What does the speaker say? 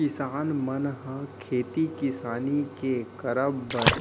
किसान मन ह खेती किसानी के करब बर